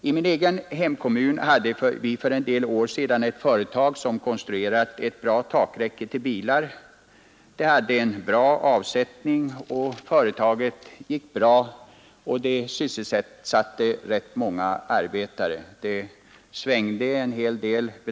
I min egen hemkommun hade vi för en del år sedan ett företag som konstruerat ett bra takräcke till bilar. Det hade en god avsättning, företaget gick bra och sysselsatte rätt många arbetare.